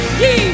ye